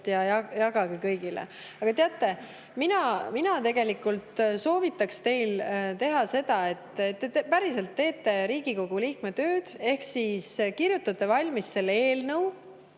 ja jagage kõigile. Aga teate, mina soovitaks teile seda, et te päriselt teeksite Riigikogu liikme tööd ehk kirjutaksite valmis selle eelnõu,